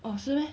oh 是 meh